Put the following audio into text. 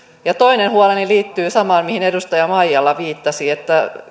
ja toinen huoleni liittyy samaan mihin edustaja maijala viittasi